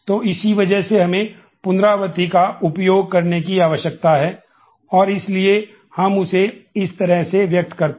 तो इस वजह से हमें पुनरावृत्ति का उपयोग करने की आवश्यकता है और इसलिए हम इसे इस तरह से व्यक्त करते हैं